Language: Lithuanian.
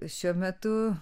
šiuo metu